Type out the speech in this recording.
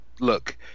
look